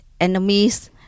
enemies